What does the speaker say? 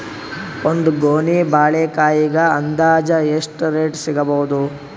ಒಂದ್ ಗೊನಿ ಬಾಳೆಕಾಯಿಗ ಅಂದಾಜ ರೇಟ್ ಎಷ್ಟು ಸಿಗಬೋದ?